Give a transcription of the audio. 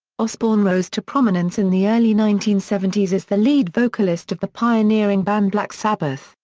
osbourne rose to prominence in the early nineteen seventy s as the lead vocalist of the pioneering band black sabbath,